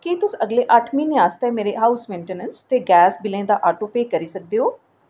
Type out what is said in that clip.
केह् तुस अगले अट्ठ म्हीनें आस्तै मेरे हाउस मेंटेनैंस ते गैस बिल्लें दा आटो पे करी सकदे ओ